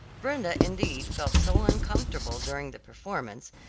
brenda indeed felt so uncomfortable during the performance,